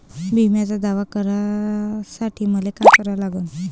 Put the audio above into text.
बिम्याचा दावा करा साठी मले का करा लागन?